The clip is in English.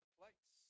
place